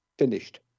finished